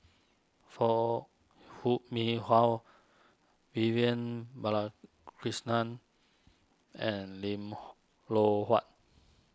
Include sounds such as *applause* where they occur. Foo Hoo Mee Har Vivian Balakrishnan and Lim *unintelligible* Loh Huat